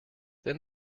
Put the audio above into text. then